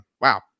Wow